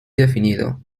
definido